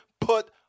put